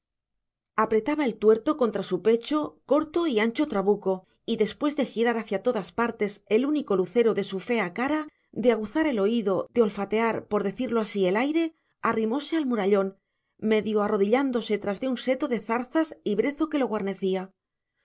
apretaba el tuerto contra su pecho corto y ancho trabuco y después de girar hacia todas partes el único lucero de su fea cara de aguzar el oído de olfatear por decirlo así el aire arrimóse al murallón medio arrodillándose tras de un seto de zarzas y brezo que lo guarnecía